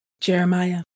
Jeremiah